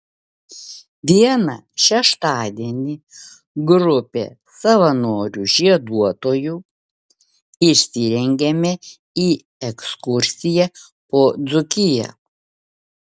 vieną šeštadienį grupė savanorių žieduotojų išsirengėme į ekskursiją po dzūkiją